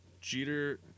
Jeter